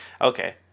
Okay